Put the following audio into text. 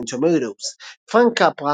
באתר Rotten Tomatoes פרנק קפרה,